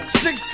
six